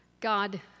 God